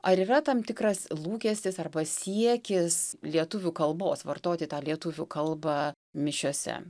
ar yra tam tikras lūkestis arba siekis lietuvių kalbos vartoti tą lietuvių kalbą mišiose